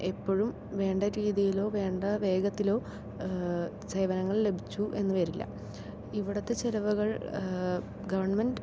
എപ്പോഴും വേണ്ട രീതിയിലോ വേണ്ട വേഗത്തിലോ സേവനങ്ങൾ ലഭിച്ചു എന്ന് വരില്ല ഇവിടുത്തെ ചിലവുകൾ ഗവൺമെൻറ്